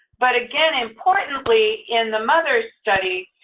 but again, importantly in the mother's study,